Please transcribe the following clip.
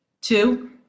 Two